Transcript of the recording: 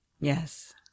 Yes